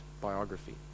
biography